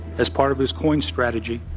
as part of his coin strategy,